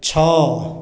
ଛଅ